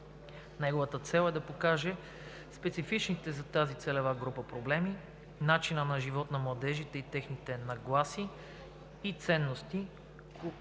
Неговата цел е да покаже специфичните за тази целева група проблеми, начина на живот на младежите и техните нагласи и ценности,